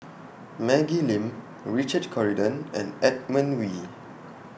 Maggie Lim Richard Corridon and Edmund Wee